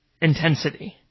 intensity